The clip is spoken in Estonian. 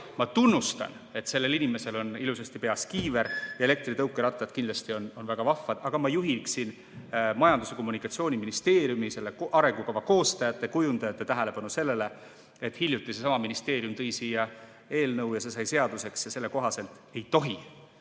Ma tunnustan, et sellel inimesel on ilusasti peas kiiver, ja elektritõukerattad on kindlasti väga vahvad. Aga ma juhin Majandus- ja Kommunikatsiooniministeeriumi, selle arengukava koostajate ja kujundajate tähelepanu sellele, et hiljuti tõi seesama ministeerium siia eelnõu ja see sai seaduseks ja selle kohaselt ei tohi